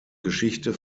geschichte